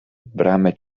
bramy